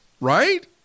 right